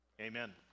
Amen